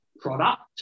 product